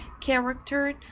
character